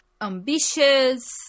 ambitious